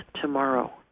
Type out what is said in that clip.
tomorrow